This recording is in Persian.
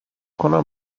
کنم